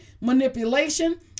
manipulation